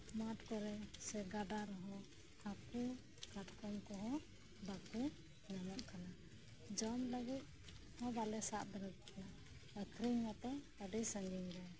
ᱢᱟᱴ ᱠᱚᱨᱮ ᱥᱮ ᱜᱟᱰᱟ ᱨᱮᱦᱚᱸ ᱦᱟᱠᱩᱠᱟᱴᱠᱚᱢ ᱠᱚᱦᱚᱸ ᱵᱟᱠᱩ ᱧᱟᱢᱚᱜ ᱠᱟᱱᱟ ᱡᱚᱢ ᱞᱟᱹᱜᱤᱫ ᱦᱚᱸ ᱵᱟᱞᱮ ᱥᱟᱵ ᱫᱟᱲᱤᱭᱟᱠᱩᱼᱟ ᱟᱹᱠᱷᱨᱤᱧ ᱢᱟᱛᱚ ᱟᱹᱰᱤ ᱥᱟᱺᱜᱤᱧ ᱜᱮ